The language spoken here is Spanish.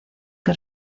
que